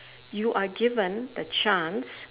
you are given the chance